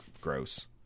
gross